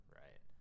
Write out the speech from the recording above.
right